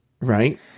right